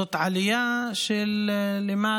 עד עכשיו זאת עלייה של יותר